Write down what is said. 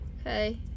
Okay